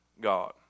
God